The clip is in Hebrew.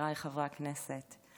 חבריי חברי הכנסת.